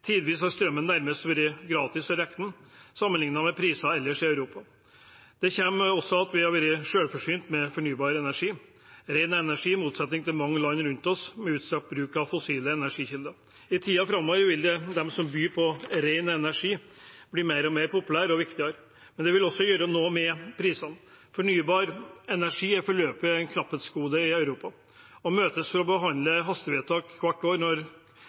Tidvis har strøm nærmest vært for gratis å regne sammenliknet med prisene ellers i Europa. Det kommer også av at vi har vært selvforsynt med fornybar energi, ren energi, i motsetning til mange land rundt oss, som har utstrakt bruk av fossile energikilder. I tiden framover vil de som byr på ren energi, bli mer og mer populære og viktige, men det vil også gjøre noe med prisene. Fornybar energi er foreløpig et knapphetsgode i Europa. Å møtes for å behandle hastevedtak hvert år når